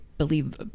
believe